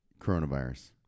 coronavirus